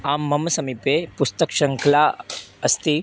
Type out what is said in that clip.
आम् मम समीपे पुस्तकशृङ्खला अस्ति